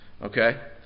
okay